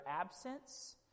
absence